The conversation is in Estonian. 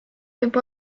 võib